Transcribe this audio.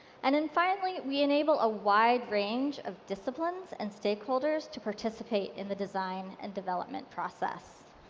and then, finally, we enable a wide range of disciplines and stakeholders to participate in the design and development process.